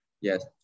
Yes